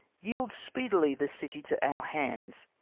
yield speedily the city to our hands,